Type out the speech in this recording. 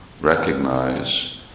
recognize